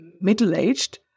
middle-aged